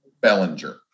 Bellinger